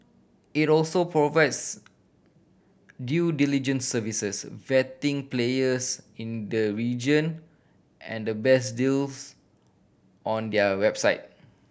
it also provides due diligence services vetting players in the region and the best deals on their website